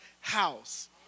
house